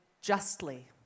justly